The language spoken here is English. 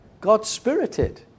God-spirited